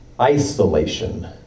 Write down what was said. isolation